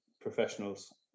professionals